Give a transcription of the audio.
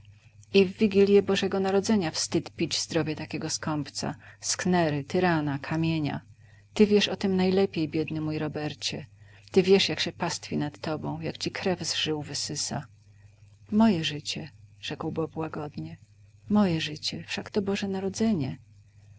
i w wigilję bożego narodzenia wstyd pić zdrowie takiego skąpca sknery tyrana kamienia ty wiesz o tem najlepiej biedny mój robercie ty wiesz jak się pastwi nad tobą jak ci krew z żył wysysa moje życie rzekł bob łagodnie moje życie wszak to boże narodzenie